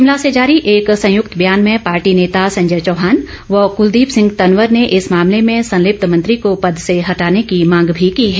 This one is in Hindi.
शिमला से जारी एक संयुक्त बयान में पार्टी नेता संजय चौहान व कलदीप सिंह तनवर ने इस मामले में संलिप्त मंत्री को पद से हटाने की मांग भी की है